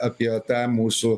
apie tą mūsų